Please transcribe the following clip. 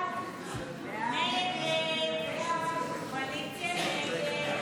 הסתייגות 110 לא נתקבלה.